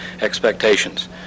expectations